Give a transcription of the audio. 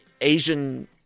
Asian